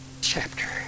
Chapter